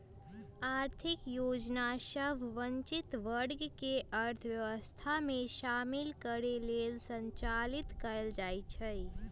आर्थिक योजना सभ वंचित वर्ग के अर्थव्यवस्था में शामिल करे लेल संचालित कएल जाइ छइ